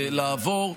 ולעבור,